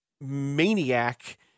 maniac